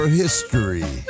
history